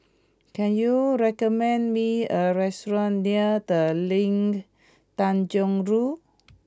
can you recommend me a restaurant near The Ling Tanjong Rhu